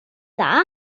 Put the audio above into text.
dda